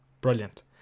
brilliant